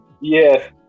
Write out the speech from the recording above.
Yes